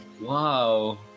Wow